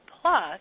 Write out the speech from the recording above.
plus